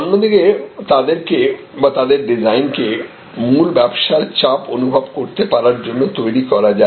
অন্যদিকে তাদেরকে বা তাদের ডিজাইন কে মূল ব্যবসার চাপ অনুভব করতে পারার জন্য তৈরি করা যায়